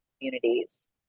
communities